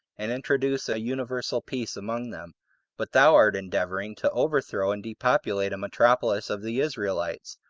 and introduce a universal peace among them but thou art endeavoring to overthrow and depopulate a metropolis of the israelites,